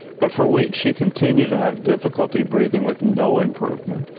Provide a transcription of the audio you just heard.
but for weeks she continued to have difficult breathing, with no improvement.